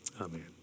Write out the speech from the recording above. amen